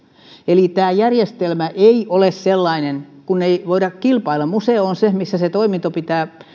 eli tämä järjestelmä ei ole sellainen kun ei voida kilpailla museo on se missä sen toiminnon pitää